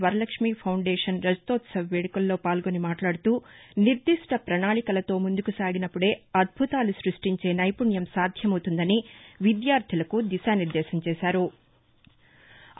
Varalakshmi foundation రజతోత్సవ వేదుకల్లో పాల్గొని మాట్లాడుతూ నిర్దిష్ట పణాళికలతో ముందుకు సాగినప్పుడే అద్భుతాలు సృష్టించే నైపుణ్యం సాధ్యమవుతుందని విద్యార్దులకు దిశానిర్దేశం చేశారు